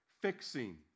fixing